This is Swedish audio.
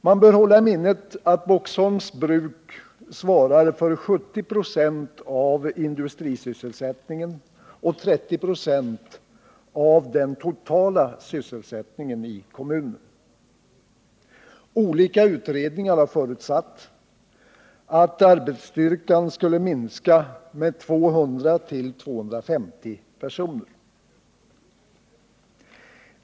Man bör hålla i minnet att Boxholms bruk svarar för 70 96 av industrisysselsättningen och 30 96 av den totala sysselsättningen i kommunen. Olika utredningar har förutsatt att arbetsstyrkan skulle minska med 200-250 personer.